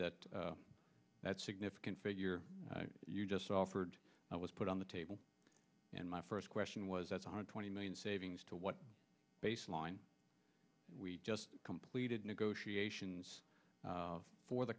that that significant figure you just offered was put on the table and my first question was that's one hundred twenty million savings to what baseline we just completed negotiations for the